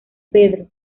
pedro